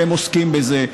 שהם עוסקים בזה,